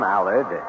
Allard